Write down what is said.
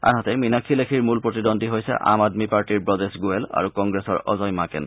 আনহাতে মীনাক্ষি লেখিৰ মূল প্ৰতিদ্বন্দ্বী হৈছে আম আদমী পাৰ্টীৰ ৱজেশ গোৱেল আৰু কংগ্ৰেছৰ অজয় মাকেন